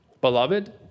Beloved